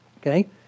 Okay